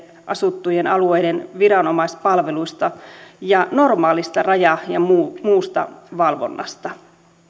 asuttujen alueiden viranomaispalveluista ja normaalista raja ja muusta valvonnasta